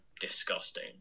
disgusting